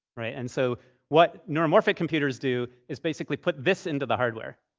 right? and so what neuromorphic computers do is basically put this into the hardware.